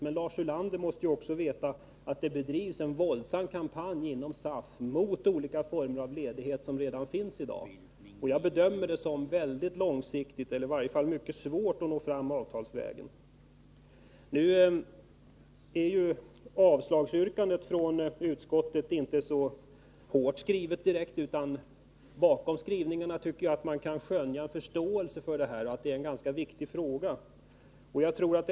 Men Lars Ulander måste ju också veta att SAF bedriver en våldsam kampanj mot de olika former av ledighet som redan finns, och jag bedömer det som mycket svårt att nå fram avtalsvägen. Nu är ju utskottets avslagsyrkande inte så hårt skrivet. Jag tycker att man bakom skrivningarna kan skönja förståelse för att frågan är ganska viktig.